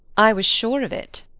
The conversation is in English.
i was sure of it.